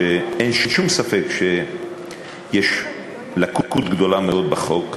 שאין שום ספק שיש לקות גדולה מאוד בחוק,